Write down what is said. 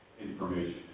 information